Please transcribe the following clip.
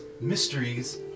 mysteries